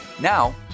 Now